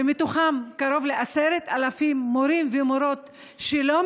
ומהם קרוב ל-10,000 מורים ומורות שלא